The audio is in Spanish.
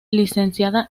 licenciada